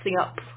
up